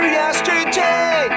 yesterday